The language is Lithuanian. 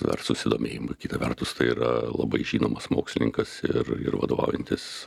ar susidomėjimą kita vertus tai yra labai žinomas mokslininkas ir ir vadovaujantis